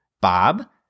Bob